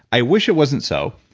i wish it wasn't so.